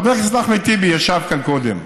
חבר הכנסת אחמד טיבי ישב כאן קודם.